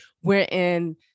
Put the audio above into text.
wherein